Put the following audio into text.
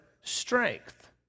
strength